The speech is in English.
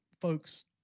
folks